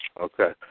Okay